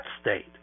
state